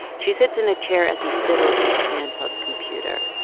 she sits in a chair as he fiddles with a handheld computer,